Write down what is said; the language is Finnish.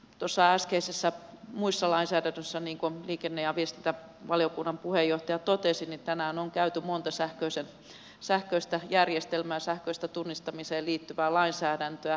tuossa äskeisissä muissa lainsäädännöissä niin kuin liikenne ja viestintävaliokunnan puheenjohtaja totesi tänään on käyty läpi monta sähköistä järjestelmää sähköiseen tunnistamiseen liittyvää lainsäädäntöä